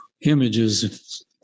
images